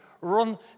run